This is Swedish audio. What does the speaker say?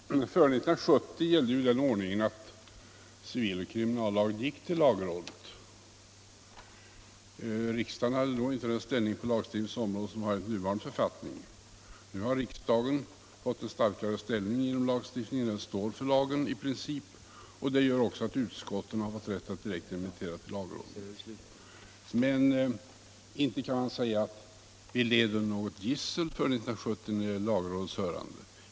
Herr talman! Före 1970 gällde den ordningen att civiloch kriminallag gick till lagrådet. Riksdagen hade då inte den ställning på lagstiftningens område som den har enligt nuvarande författning. Nu har riksdagen fått en starkare ställning inom lagstiftningen. Den står för lagen i princip, och det gör också att utskotten har fått rätt att direkt remittera till lagrådet. Men inte kan man säga att vi levde under något gissel före 1970 med lagrådets hörande.